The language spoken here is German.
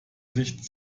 sicht